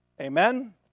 Amen